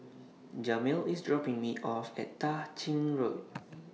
Jamil IS dropping Me off At Tah Ching Road